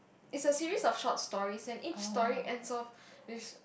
it's a series of short stories and each story ends of with a